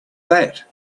that